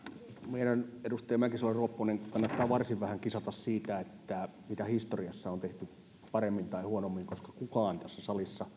meidän edustaja mäkisalo ropponen kannattaa varsin vähän kisata siitä mitä historiassa on tehty paremmin tai huonommin koska tässä salissa